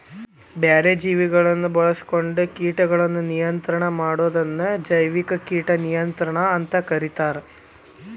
ಬ್ಯಾರೆ ಜೇವಿಗಳನ್ನ ಬಾಳ್ಸ್ಕೊಂಡು ಕೇಟಗಳನ್ನ ನಿಯಂತ್ರಣ ಮಾಡೋದನ್ನ ಜೈವಿಕ ಕೇಟ ನಿಯಂತ್ರಣ ಅಂತ ಕರೇತಾರ